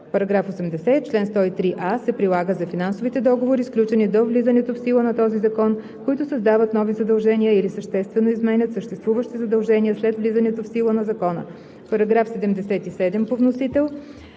§ 80: „§ 80. Член 103а се прилага за финансовите договори, сключени до влизането в сила на този закон, които създават нови задължения или съществено изменят съществуващи задължения след влизането в сила на закона“. Комисията подкрепя